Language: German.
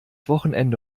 wochenende